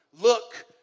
Look